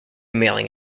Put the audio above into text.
mailing